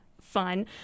fun